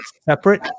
separate